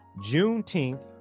juneteenth